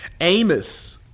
Amos